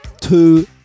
two